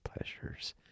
pleasures